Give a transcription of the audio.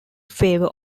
favour